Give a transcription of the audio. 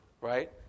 right